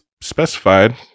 specified